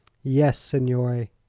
yes, signore.